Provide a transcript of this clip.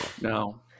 No